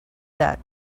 that